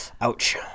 ouch